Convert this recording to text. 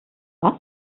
was